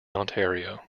ontario